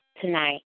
tonight